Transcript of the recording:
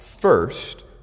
first